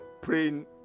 praying